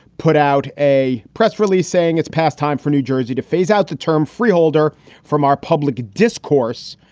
put out a press release saying it's past time for new jersey to phase out the term freeholder from our public discourse,